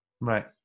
Right